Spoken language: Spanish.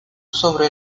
sobre